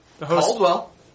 Caldwell